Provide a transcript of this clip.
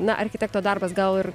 na architekto darbas gal ir